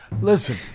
Listen